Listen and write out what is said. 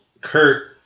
Kurt